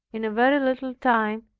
in a very little time,